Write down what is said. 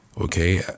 Okay